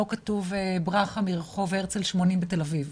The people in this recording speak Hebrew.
לא כתוב ברכה מרחוב הרצל 80 בתל אביב.